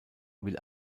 will